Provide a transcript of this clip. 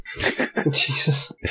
Jesus